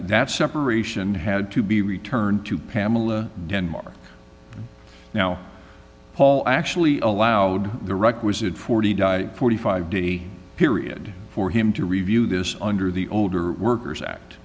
that separation had to be returned to pamela denmark now paul actually allowed the requisite forty diet forty five dollars day period for him to review this under the older workers act